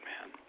man